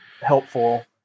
helpful